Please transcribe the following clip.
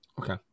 Okay